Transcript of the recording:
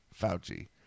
fauci